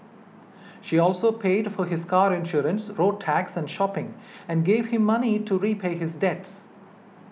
she also paid for his car insurance road tax and shopping and gave him money to repay his debts